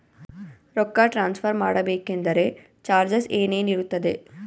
ರೊಕ್ಕ ಟ್ರಾನ್ಸ್ಫರ್ ಮಾಡಬೇಕೆಂದರೆ ಚಾರ್ಜಸ್ ಏನೇನಿರುತ್ತದೆ?